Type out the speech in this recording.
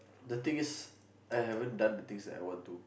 the thing is I haven't done the things that I want to